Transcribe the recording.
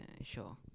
sure